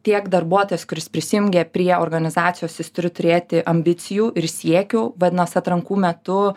tiek darbuotojas kuris prisijungė prie organizacijos jis turi turėti ambicijų ir siekių vadinas atrankų metu